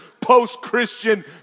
post-Christian